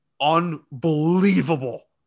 Unbelievable